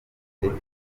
ndetse